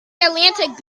atlantic